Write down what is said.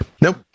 Nope